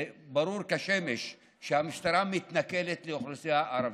זה ברור כשמש שהמשטרה מתנכלת לאוכלוסייה הערבית.